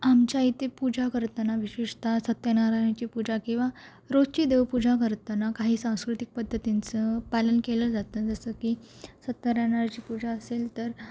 आमच्या इथे पूजा करताना विशेषतः सत्यनारायणची पूजा किंवा रोजची देवपूजा करताना काही सांस्कृतिक पद्धतींचं पालन केलं जातं जसं की सत्यनारायणाची पूजा असेल तर